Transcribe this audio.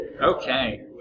Okay